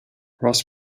ross